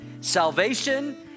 Salvation